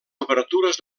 obertures